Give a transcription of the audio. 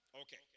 Okay